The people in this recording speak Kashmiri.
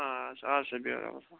آ آسہَ بیٚہہ روبَس حَوال